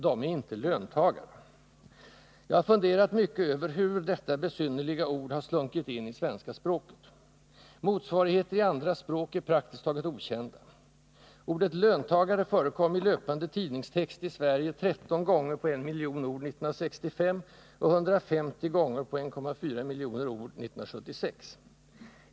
De är inte ”löntagare”. Jag har funderat mycket över hur detta besynnerliga ord har slunkit in i svenska språket. Motsvarigheter i andra språk är praktiskt taget okända. Ordet ”löntagare” förekom i löpande tidningstext i Sverige 13 gånger på en miljon ord 1965, och 150 gånger på 1,4 miljoner ord 1976.